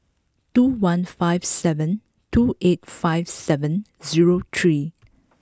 two one five seven two eight five seven zero three